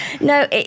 No